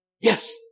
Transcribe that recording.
Yes